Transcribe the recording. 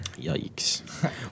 yikes